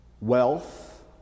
wealth